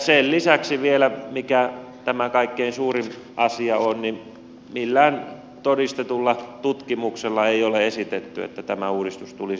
sen lisäksi vielä mikä tämä kaikkein suurin asia on millään todistetulla tutkimuksella ei ole esitetty että tämä uudistus tulisi tuomaan säästöjä